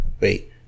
Wait